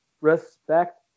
respect